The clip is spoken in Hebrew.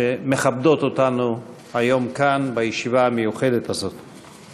שמכבדות אותנו היום, כאן, בישיבה המיוחדת הזאת.